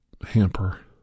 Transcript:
hamper